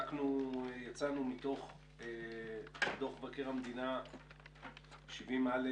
יצאנו מתוך דוח מבקר 70א,